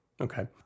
Okay